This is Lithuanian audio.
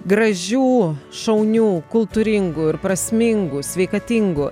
gražių šaunių kultūringų ir prasmingų sveikatingų